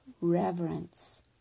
reverence